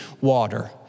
water